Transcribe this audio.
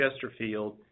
Chesterfield